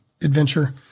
adventure